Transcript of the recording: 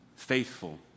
Faithful